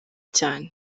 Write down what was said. cyane